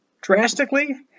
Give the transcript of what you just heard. drastically